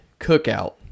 cookout